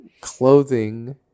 clothing